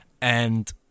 and-